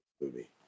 movie